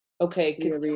okay